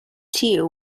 too